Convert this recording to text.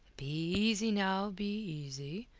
be easy, now, be easy!